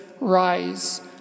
Rise